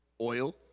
oil